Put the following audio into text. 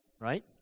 right